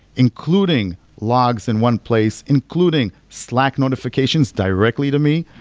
including logs in one place, including slack notifications directly to me.